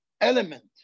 element